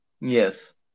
Yes